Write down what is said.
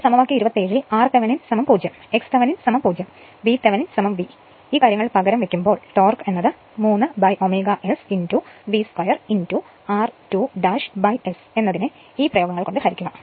സമവാക്യം 27ൽ r Thevenin 0 x Thevenin 0 VThevenin V എന്നിവ പകരംവെക്കുമ്പോൾ torque 3ω S V 2 r2 S എന്നതിനെ ഈ പ്രയോഗങ്ങളാൽ ഹരിക്കുക